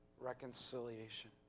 reconciliation